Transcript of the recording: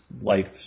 life